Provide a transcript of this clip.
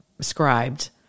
scribed